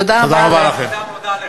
תודה רבה לכם.